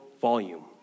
volume